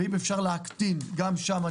ואם אפשר להקטין גם שם,